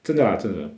真的 ah 真的